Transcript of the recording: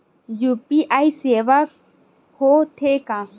UPI सेवाएं हो थे का?